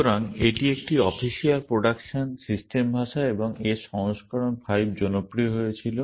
সুতরাং এটি একটি অফিসিয়াল প্রোডাকশন সিস্টেম ভাষা এবং এর সংস্করণ 5 জনপ্রিয় হয়েছিল